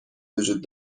وجود